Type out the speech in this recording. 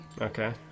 okay